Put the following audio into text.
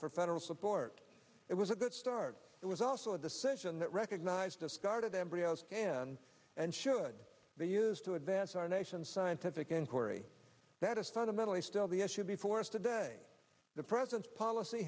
for federal support it was a good start it was also a decision that recognize discarded embryos can and should be used to advance our nation's scientific inquiry that is fundamentally still the issue before us today the present policy